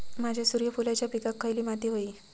माझ्या सूर्यफुलाच्या पिकाक खयली माती व्हयी?